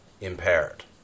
impaired